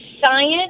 Science